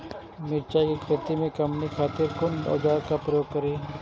मिरचाई के खेती में कमनी खातिर कुन औजार के प्रयोग करी?